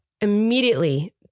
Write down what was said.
immediately